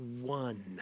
one